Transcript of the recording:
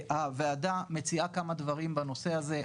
הוועדה מציעה כמה דברים בנושא הזה.